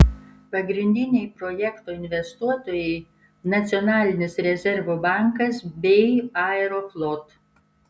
pagrindiniai projekto investuotojai nacionalinis rezervų bankas bei aeroflot